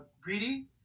greedy